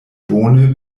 bone